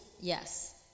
Yes